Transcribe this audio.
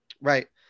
Right